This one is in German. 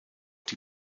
die